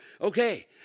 Okay